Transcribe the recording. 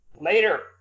later